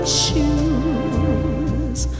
shoes